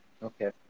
Okay